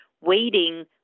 waiting